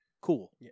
Cool